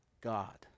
God